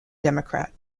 democrat